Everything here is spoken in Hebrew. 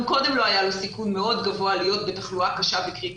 גם קודם לא היה לו סיכון מאוד גבוה להיות בתחלואה קשה וקריטית.